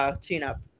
tune-up